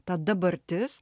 ta dabartis